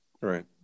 Right